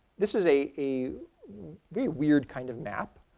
this is a a very weird kind of map,